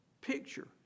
picture